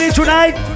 tonight